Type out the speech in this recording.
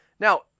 Now